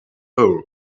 ore